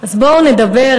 אז בואו נדבר,